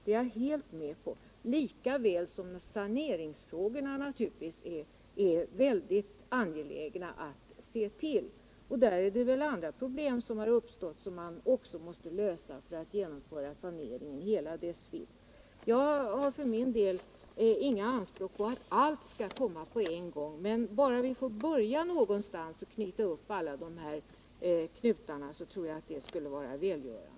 Det är jag helt med på, lika väl som saneringsfrågorna naturligtvis är mycket angelägna att se till. Det finns väl också problem som uppstått och som man måste lösa för att genomföra saneringen i hela dess vidd. Jag för min del gör dock inga anspråk på att allt skall komma på en gång. Bara att vi får börja någonstans och knyta upp alla dessa knutar tycker jag skulle vara välgörande.